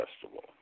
Festival